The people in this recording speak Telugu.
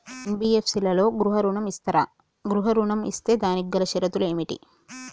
ఎన్.బి.ఎఫ్.సి లలో గృహ ఋణం ఇస్తరా? గృహ ఋణం ఇస్తే దానికి గల షరతులు ఏమిటి?